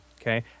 Okay